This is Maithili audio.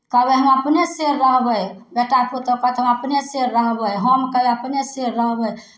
कहबै हम अपने शेर रहबै बेटा पुतहु कहत हम अपने शेर रहबै हम कहै अपने शेर रहबै